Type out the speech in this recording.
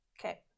Okay